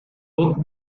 book